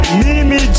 mimi